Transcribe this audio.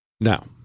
Now